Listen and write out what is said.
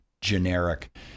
generic